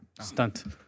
Stunt